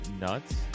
nuts